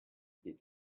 did